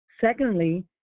Secondly